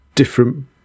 different